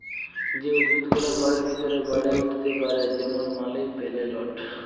যে উদ্ভিদ গুলা ঘরের ভিতরে বাড়ে উঠ্তে পারে যেমল মালি পেলেলট